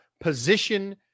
position